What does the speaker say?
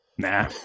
Nah